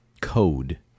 code